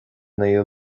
naoú